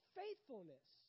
faithfulness